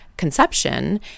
conception